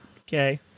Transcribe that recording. Okay